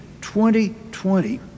2020